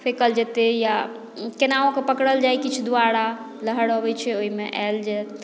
फेकल जेतय या केनाहु कए पकड़ल जाय किछु द्वारा लहर अबैत छै ओहिमे आएल जाय